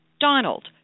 Donald